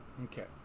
okay